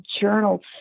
journal